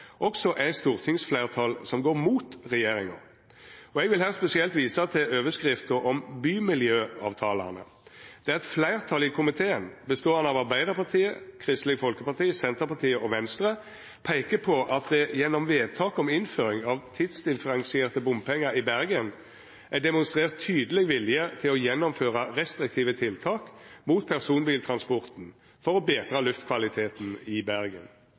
også er stortingsfleirtal som går mot regjeringa. Eg vil her spesielt visa til overskrifta om «Bymiljøavtalene», der eit fleirtal i komiteen, beståande av Arbeidarpartiet, Kristeleg Folkeparti, Senterpartiet og Venstre, peikar på at det gjennom vedtak om innføring av tidsdifferensierte bompengar i Bergen er demonstrert tydeleg vilje til å gjennomføra restriktive tiltak mot personbiltransporten for å betra luftkvaliteten i Bergen.